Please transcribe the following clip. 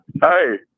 Hey